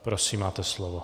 Prosím máte slovo.